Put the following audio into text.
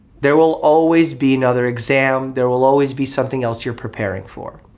there will always be another exam, there will always be something else you're preparing for.